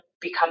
become